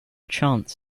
chance